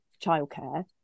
childcare